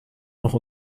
noch